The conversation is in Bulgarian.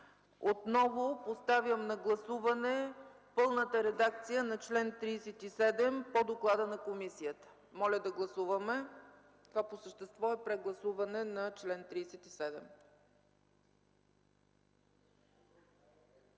отново поставям на гласуване пълната редакция на чл. 37 по доклада на комисията. Това по същество е прегласуване на чл. 37.